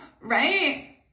right